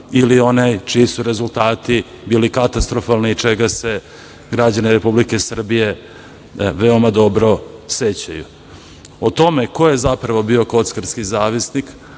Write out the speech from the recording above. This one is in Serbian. ili onaj čiji su rezultati bili katastrofalni i čega se građani Republike Srbije veoma dobro sećaju.O tome ko je zapravo bio kockarski zavisnik,